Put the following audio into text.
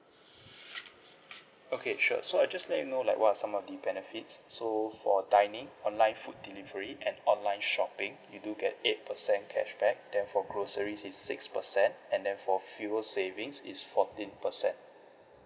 okay sure so I just let you know like what are some of the benefits so for dining online food delivery and online shopping you do get eight percent cashback then for groceries is six percent and then for fuel savings is fourteen percent